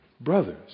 brothers